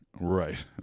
Right